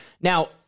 Now